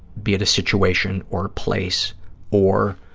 be it a situation or a place or